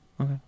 Okay